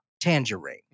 Tangerine